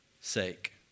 sake